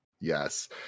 yes